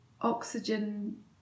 oxygen